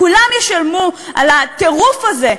כולם ישלמו על הטירוף הזה,